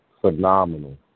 phenomenal